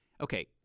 Okay